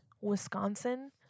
Wisconsin